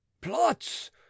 plots